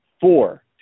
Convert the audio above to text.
four